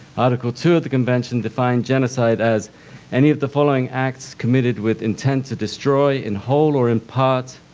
article two of the convention defined genocide as any of the following acts, committed with intent to destroy, in whole or in parts,